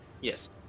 Yes